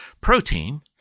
protein